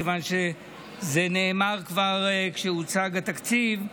מכיוון שזה נאמר כבר כשהוצג התקציב,